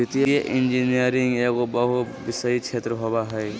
वित्तीय इंजीनियरिंग एगो बहुविषयी क्षेत्र होबो हइ